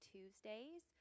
Tuesdays